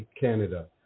Canada